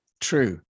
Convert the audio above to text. true